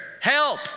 Help